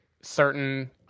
certain